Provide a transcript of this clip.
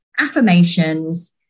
affirmations